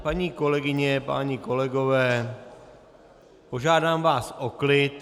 Paní kolegyně, páni kolegové, požádám vás o klid.